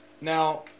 now